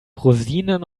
rosinen